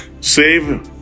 Save